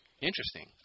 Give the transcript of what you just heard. Interesting